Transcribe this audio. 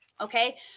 Okay